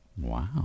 Wow